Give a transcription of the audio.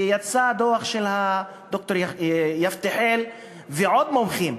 ויצא דוח של ד"ר יפתחאל ועוד מומחים,